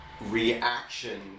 reaction